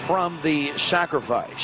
from the sacrifice